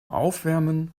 aufwärmen